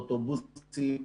אוטובוסים,